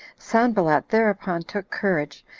sanballat thereupon took courage,